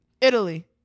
italy